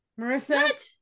Marissa